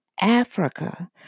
Africa